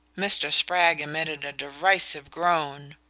mr. spragg emitted a derisive groan.